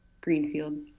Greenfield